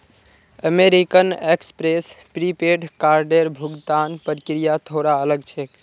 American Express prepaid कार्डेर भुगतान प्रक्रिया थोरा अलग छेक